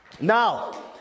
Now